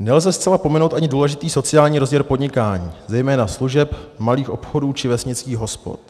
Nelze zcela pominout ani důležitý sociální rozměr podnikání, zejména služeb, malých obchodů či vesnických hospod,